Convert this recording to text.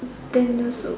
ten years